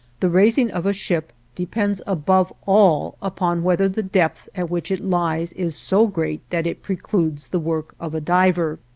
the raising of a ship depends above all upon whether the depth at which it lies is so great that it precludes the work of a diver.